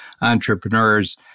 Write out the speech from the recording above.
entrepreneurs